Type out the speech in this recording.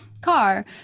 car